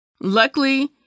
Luckily